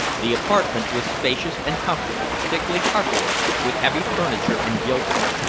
the apartment was spacious and comfortable, thickly carpeted, with heavy furniture and gilding.